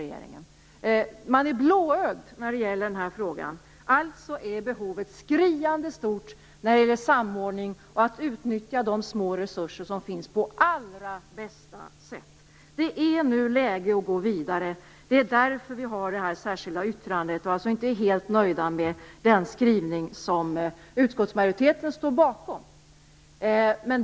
Regeringen är blåögd i denna fråga. Alltså är behovet skriande stort när det gäller samordning och att utnyttja de små resurser som finns på allra bästa sätt. Det är nu läge att gå vidare. Det är därför vi har avgivit det särskilda yttrandet och inte är helt nöjda med den skrivning som utskottsmajoriteten står bakom.